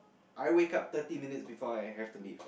I wake up thirty minutes before I have to leave